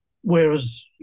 whereas